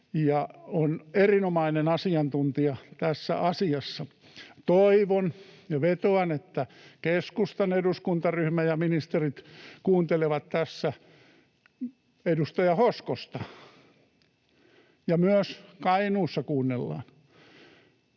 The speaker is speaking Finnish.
Hän on erinomainen asiantuntija tässä asiassa. Toivon ja vetoan, että keskustan eduskuntaryhmä ja ministerit kuuntelevat tässä edustaja Hoskosta ja että myös Kainuussa kuunnellaan.